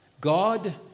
God